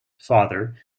father